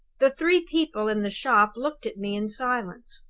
the three people in the shop looked at me in silence.